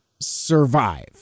survive